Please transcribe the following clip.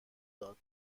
داد